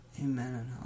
Amen